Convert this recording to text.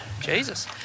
Jesus